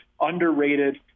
underrated